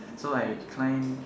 so I climb